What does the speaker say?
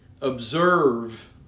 observe